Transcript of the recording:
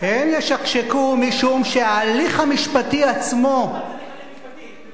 הם ישקשקו, משום שההליך המשפטי עצמו, הליך משפטי?